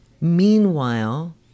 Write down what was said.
Meanwhile